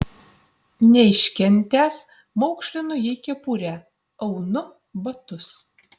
neiškentęs maukšlinu jai kepurę aunu batus